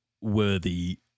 worthy